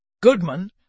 Goodman